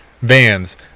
vans